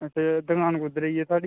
हां ते दुकान कुद्धर देई ऐ थुआढ़ी